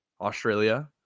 Australia